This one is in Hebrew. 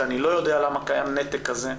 שאני לא יודע למה קיים נתק כזה.